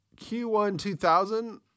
Q1-2000